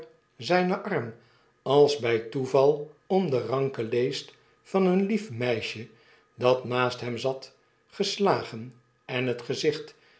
zijnen arm als bij toeval om de ranke leest van een lief meisje dat naast hem zat geslagen en het gezicht